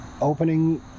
opening